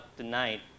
tonight